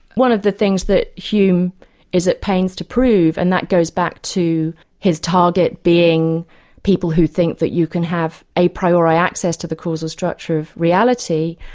one of the things that hume is at pains to prove, and that goes back to his target being people who think that you can have a priori access to the causal structure of reality,